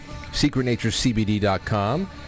SecretNatureCBD.com